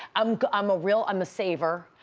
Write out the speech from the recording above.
um i'm a real, i'm a saver.